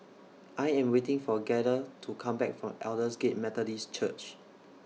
I Am waiting For Gaither to Come Back from Aldersgate Methodist Church